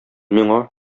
миңа